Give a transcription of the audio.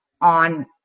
on